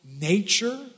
nature